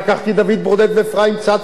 אפרים צדקה ועוד אחרים,